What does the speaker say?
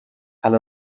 علی